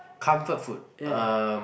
comfort food um